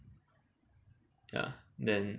ya then